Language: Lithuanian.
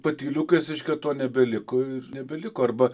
patyliukais reiškia to nebeliko ir nebeliko arba